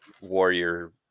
warrior